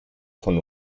von